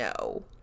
no